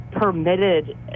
permitted